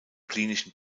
klinischen